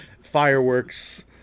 fireworks